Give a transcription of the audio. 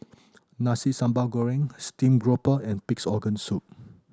Nasi Sambal Goreng steamed grouper and Pig's Organ Soup